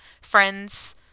friends